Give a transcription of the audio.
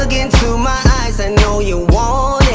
ah into my eyes i know you want